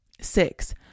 six